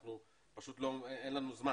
פשוט אין לנו זמן.